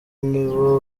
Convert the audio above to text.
nibo